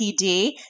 PD